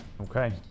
Okay